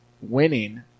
winning